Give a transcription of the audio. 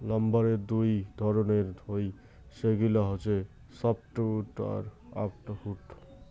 লাম্বারের দুই ধরণের হই, সেগিলা হসে সফ্টউড আর হার্ডউড